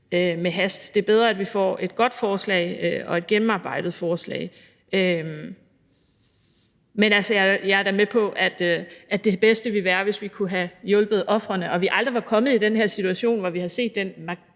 med hast. Det er bedre, at vi får et godt forslag og et gennemarbejdet forslag. Men, altså, jeg er da med på, at det bedste ville være, hvis vi kunne have hjulpet ofrene og vi aldrig var kommet i den her situation, hvor vi har set den